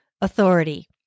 authority